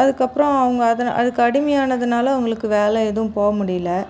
அதுக்கப்றோம் அவங்க அதனை அதுக்கு அடிமையானதுனால அவங்களுக்கு வேலை எதுவும் போ முடியல